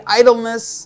idleness